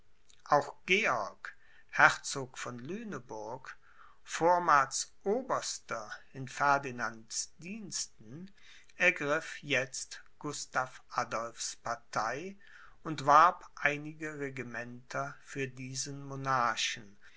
auch georg herzog von lüneburg vormals oberster in ferdinands diensten ergriff jetzt gustav adolphs partei und warb einige regimenter für diesen monarchen